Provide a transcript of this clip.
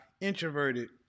introverted